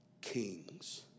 kings